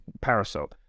parasol